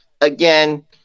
again